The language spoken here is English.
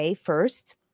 first